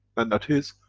and that is,